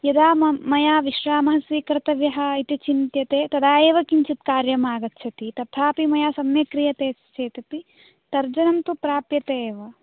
यदा मया विश्रामः स्वीकर्तव्यः इति चिन्त्यते तदा एव किञ्चित् कार्यम् आगच्छति तथापि मया सम्यक् क्रियते चेदपि तर्जनं तु प्राप्यते एव